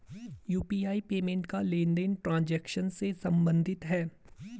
UPI payment का लेनदेन transaction से सम्बंधित है